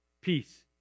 peace